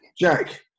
Jack